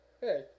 Hey